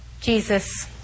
Jesus